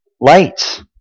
lights